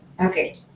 Okay